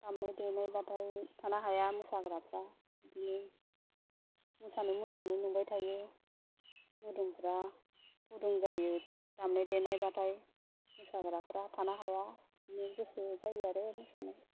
दामनाय देनाय बाथाय थानो हाया मोसाग्राफ्रा बिदिनो मोसानो मोसानो मोनबाय थायो मोदोमफ्रा गुदुं जायो दामनाय देनायबाथाय मोसाग्राफ्रा थानो हाया बिदिनो गोसो जायो आरो मोसानो